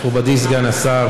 מכובדי סגן השר,